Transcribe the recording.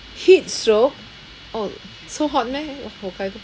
heatstroke orh so hot meh hokkaido